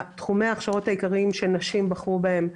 תחומי ההכשרות העיקריים שנשים בחרו בהם היו: